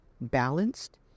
balanced